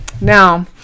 Now